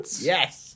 Yes